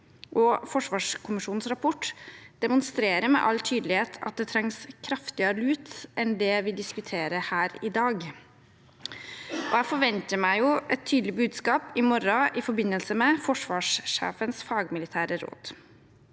forsvarskommisjonens rapport demonstrerer med all tydelighet at det trengs kraftigere lut enn det vi diskuterer her i dag. Jeg forventer et tydelig budskap i morgen i forbindelse med forsvarssjefens fagmilitære råd.